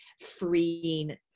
freeing